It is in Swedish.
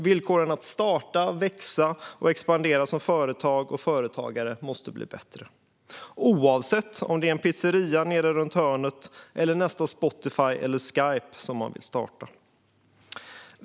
Villkoren för att starta, växa och expandera som företag och företagare måste bli bättre, oavsett om det är en pizzeria nere runt hörnet eller nästa Spotify eller Skype som man vill starta.